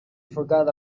forgot